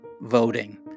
voting